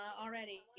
already